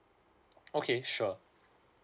okay sure